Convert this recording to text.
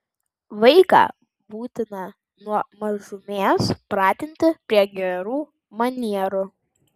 vaiką būtina nuo mažumės pratinti prie gerų manierų